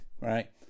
right